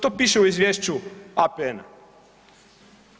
To piše u izvješću APN-a.